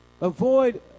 Avoid